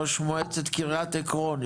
ראש מועצת קריית עקרון,